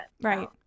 Right